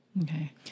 Okay